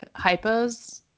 hypos